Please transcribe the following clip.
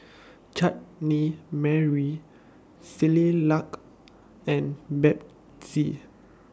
Chutney Mary Similac and Betsy